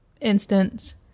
instance